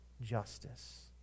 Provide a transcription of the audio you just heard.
justice